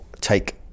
take –